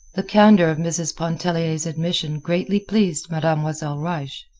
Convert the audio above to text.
the candor of mrs. pontellier's admission greatly pleased mademoiselle reisz.